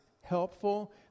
helpful